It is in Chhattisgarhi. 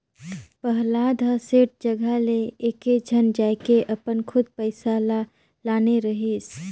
पहलाद ह सेठ जघा ले एकेझन जायके अपन खुद पइसा ल लाने रहिस